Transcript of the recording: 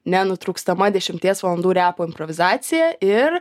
nenutrūkstama dešimties valandų repo improvizacija ir